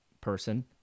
person